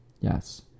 Yes